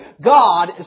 God